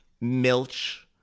Milch